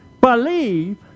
believe